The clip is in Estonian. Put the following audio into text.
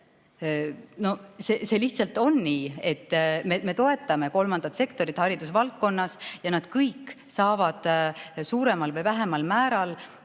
See lihtsalt on nii, et me toetame kolmandat sektorit haridusvaldkonnas ja nad kõik saavad suuremal või vähemal määral